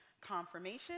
Confirmation